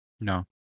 no